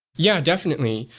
yeah, definitely.